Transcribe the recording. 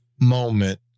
moment